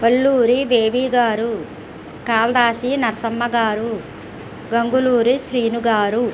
వల్లూరి బేబీ గారు కాలదాసి నరసమ్మ గారు గంగులూరి శ్రీను గారు